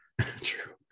True